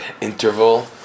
interval